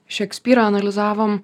šekspyrą analizavom